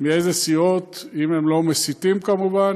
מאיזה סיעות, אם הם לא מסיתים, כמובן,